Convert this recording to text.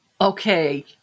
Okay